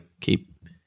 keep